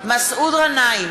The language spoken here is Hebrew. מסעוד גנאים,